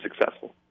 successful